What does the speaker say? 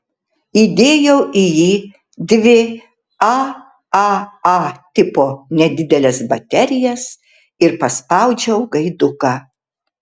įdėjau į jį dvi aaa tipo nedideles baterijas ir paspaudžiau gaiduką